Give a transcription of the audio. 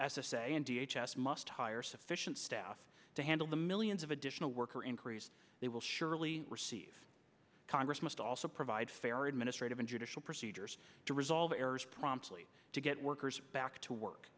s s a and d h s must hire sufficient staff to handle the millions of additional worker increase they will surely receive congress must also provide fair administrative and judicial procedures to resolve errors promptly to get workers back to work